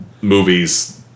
movies